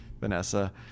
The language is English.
Vanessa